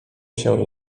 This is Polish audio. się